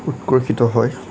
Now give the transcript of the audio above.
উৎকৰ্ষিত হয়